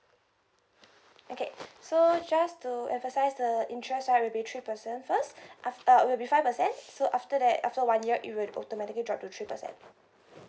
okay so just to emphasize the interest right will be three percent first af~ uh will be five percent so after that after one year it will automatically drop to three percent